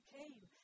came